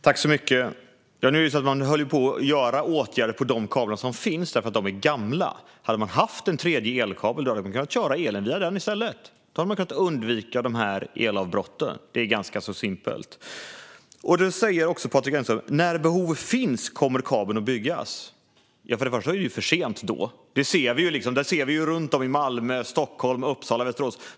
Fru talman! Man höll på att vidta åtgärder på de kablar som finns därför att de är gamla. Om man hade haft en tredje elkabel hade man kunnat köra elen via den i stället. Då hade man kunnat undvika elavbrotten; det är ganska simpelt. Patrik Engström säger: När behov finns kommer kabeln att byggas. Först och främst är det för sent då. Vi ser hur det ser ut runt om i Malmö, Stockholm, Uppsala och Västerås.